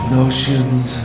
notions